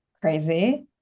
crazy